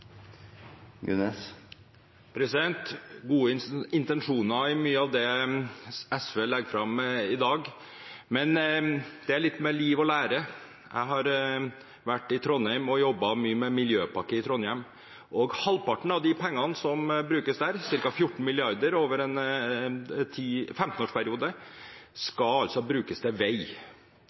er gode intensjoner i mye av det SV legger fram i dag, men det handler litt om liv og lære. Jeg har vært i Trondheim og jobbet mye med miljøpakke i Trondheim. Halvparten av de pengene som brukes der, ca. 14 mrd. kr over en 15-årsperiode, skal altså brukes til vei.